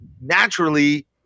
naturally